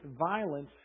violence